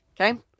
okay